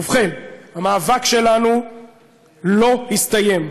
ובכן, המאבק שלנו לא הסתיים.